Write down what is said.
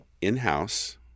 in-house